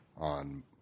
On